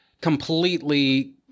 completely